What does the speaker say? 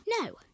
No